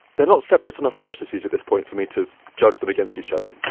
they're not separate enough processes at this point for me to judge them against each other.